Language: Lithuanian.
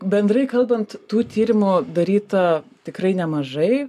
bendrai kalbant tų tyrimų daryta tikrai nemažai